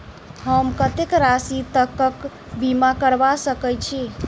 हम कत्तेक राशि तकक बीमा करबा सकै छी?